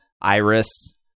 Iris